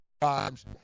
times